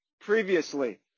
previously